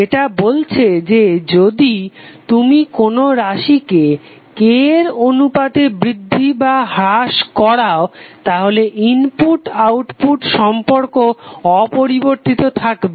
যেটা বলছে যে যদি তুমি কোনো রাশিকে K এর অনুপাতে বৃদ্ধি বা হ্রাস করাও তাহলে ইনপুট আউটপুট সম্পর্ক অপরিবর্তিত থাকবে